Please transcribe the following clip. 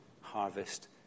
harvest